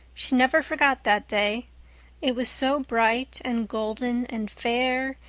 she never forgot that day it was so bright and golden and fair,